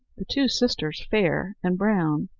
the two sisters, fair and brown,